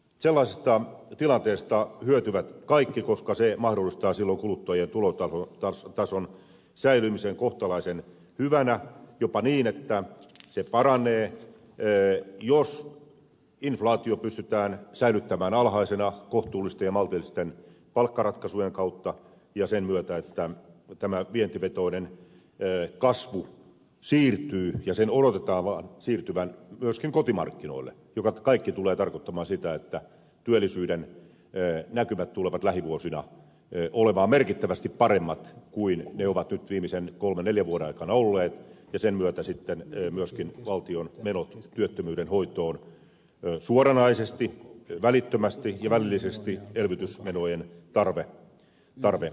sellaisesta tilanteesta hyötyvät kaikki koska se mahdollistaa silloin kuluttajien tulotason säilymisen kohtalaisen hyvänä jopa niin että se paranee jos inflaatio pystytään säilyttämään alhaisena kohtuullisten ja maltillisten palkkaratkaisujen kautta ja sen myötä että tämä vientivetoinen kasvu siirtyy ja sen odotetaan siirtyvän myöskin kotimarkkinoille mikä kaikki tulee tarkoittamaan sitä että työllisyyden näkymät tulevat lähivuosina olemaan merkittävästi paremmat kuin ne ovat nyt viimeisen kolmen neljän vuoden aikana olleet ja sen myötä sitten myöskin valtion menot työttömyyden hoitoon suoranaisesti sekä välittömästi ja välillisesti elvytysmenojen tarve pienenevät